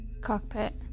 cockpit